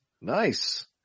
Nice